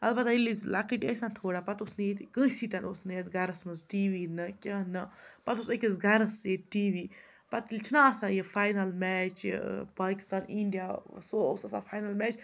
البتہ ییٚلہِ أسۍ لۄکٕٹۍ ٲسۍ نا تھوڑا پَتہٕ اوس نہٕ ییٚتہِ کٲنٛسی تہِ نہٕ اوس نہٕ یَتھ گَرَس منٛز ٹی وی نہٕ کینٛہہ نہٕ پَتہٕ اوس أکِس گَرَس ییٚتہِ ٹی وی پَتہٕ ییٚلہِ چھِنا آسان یہِ فاینَل میچ یہِ پاکِستان اِنڈیا سُہ اوس آسان فاینَل میچ